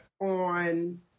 on